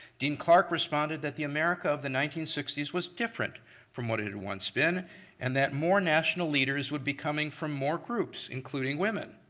dean clark responded that the america of the nineteen sixty s was different from it had once been and that more national leaders would be coming from more groups, including women.